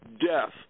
death